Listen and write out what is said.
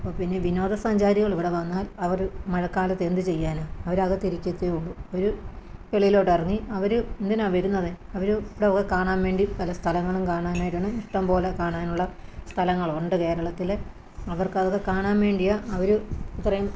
അപ്പോൾ പിന്നെ വിനോദസഞ്ചാരികൾ ഇവിടെ വന്നാൽ അവർ മഴക്കാലത്ത് എന്തു ചെയ്യാനാണ് അവരകത്തിരിക്കത്തെ ഉള്ളു അവർ വെളിയിലോട്ടിറങ്ങി അവർ എന്തിനാണ് വരുന്നത് അവർ ഇവിടെ കാണാൻ വേണ്ടി പല സ്ഥലങ്ങളും കാണാൻ ഇഷ്ടം പോലെ കാണാനുള്ള സ്ഥലങ്ങൾ ഉണ്ട് കേരളത്തിൽ അവർക്കതൊക്കെ കാണാൻ വേണ്ടിയാണ് അവർ ഇത്രയും